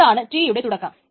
ഇതാണ് T യുടെ തുടക്കം